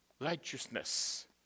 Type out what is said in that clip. righteousness